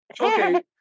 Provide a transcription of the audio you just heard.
Okay